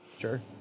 Sure